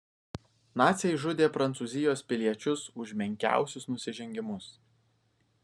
naciai žudė prancūzijos piliečius už menkiausius nusižengimus